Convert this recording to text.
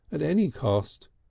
at any cost.